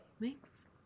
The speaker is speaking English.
Thanks